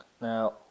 now